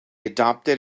adopted